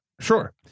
Sure